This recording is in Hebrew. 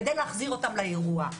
כדי להחזיר אותם לאירוע.